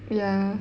ya